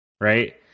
right